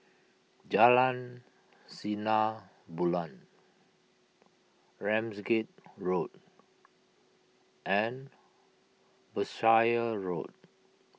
Jalan Sinar Bulan Ramsgate Road and Berkshire Road